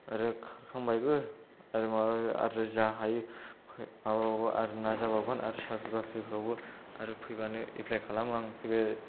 आरो खारखांबायबो आरो माबा माबि आरो जा हायो माबा माबि आरो नाजाबावगोन आरो साख्रि बाख्रिफ्रावबो आरो फैबानो एप्लाइ खालामो आं फैबानो एप्लाइ खालामो आं